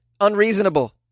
unreasonable